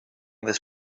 this